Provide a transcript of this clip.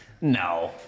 No